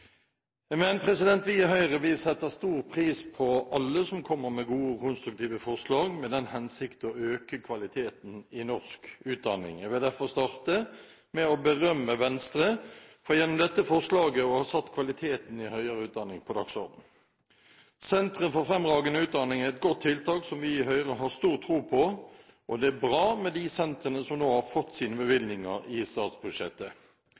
Men det får vi ta med oss videre. Vi i Høyre setter stor pris på alle som kommer med gode og konstruktive forslag i den hensikt å øke kvaliteten i norsk utdanning. Jeg vil derfor starte med å berømme Venstre for gjennom dette forslaget å ha satt kvaliteten i høyere utdanning på dagsordenen. Sentre for fremragende utdanning er et godt tiltak som vi i Høyre har stor tro på, og det er bra med de sentrene som nå har fått sine bevilgninger i statsbudsjettet.